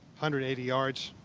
hundred eighty yards.